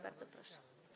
Bardzo proszę.